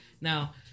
Now